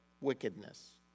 wickedness